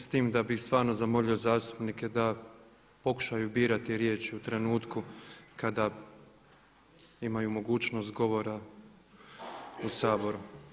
S time da bih stvarno zamolio zastupnike da pokušaju birati riječi u trenutku kada imaju mogućnost govora u Saboru.